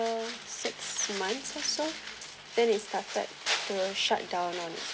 six months or so then it started to shutdown